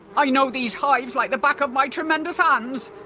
i know these hives like the back of my tremendous hands!